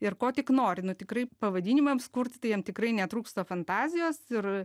ir ko tik nori nu tikrai pavadinimams kurti tai jiem tikrai netrūksta fantazijos ir